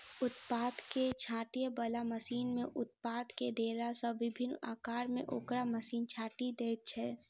उत्पाद के छाँटय बला मशीन मे उत्पाद के देला सॅ विभिन्न आकार मे ओकरा मशीन छाँटि दैत छै